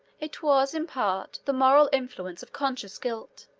it was, in part, the moral influence of conscious guilt.